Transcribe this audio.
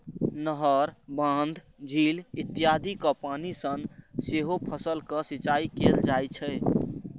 नहर, बांध, झील इत्यादिक पानि सं सेहो फसलक सिंचाइ कैल जाइ छै